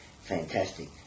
fantastic